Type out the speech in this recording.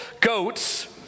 goats